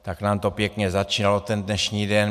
Tak nám to pěkně začínalo ten dnešní den.